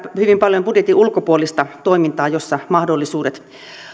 hyvin paljon budjetin ulkopuolista toimintaa jossa mahdollisuudet